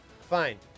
Fine